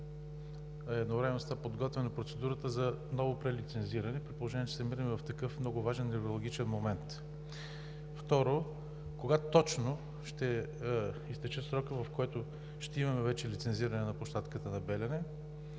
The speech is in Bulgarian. с това не е била подготвена процедурата за ново прелицензиране, при положение че се намираме в такъв много важен невралгичен момент? Второ, кога точно ще изтече срокът, в който ще имаме вече лицензиране на площадката на „Белене“?